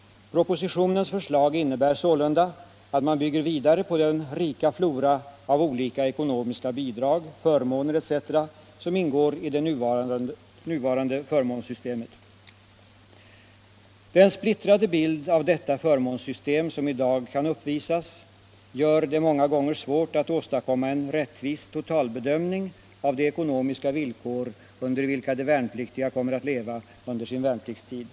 Propositionens förslag innebär sålunda att man bygger vidare på den rika flora av olika ekonomiska bidrag, förmåner etc. som ingår i det nuvarande förmånssystemet. Den splittrade bild av detta förmånssystem som i dag kan uppvisas gör det många gånger svårt att åstadkomma en rättvis totalbedömning av de ekonomiska villkor under vilka de värnpliktiga kommer att leva under sin värnpliktstid.